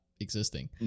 existing